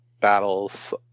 battles